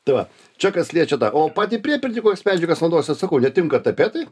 tai va čia kas liečia tą o pati priepirtį kokias medžiagas naudosit sakau netinka tapetai